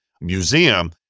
museum